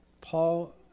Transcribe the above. Paul